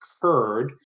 occurred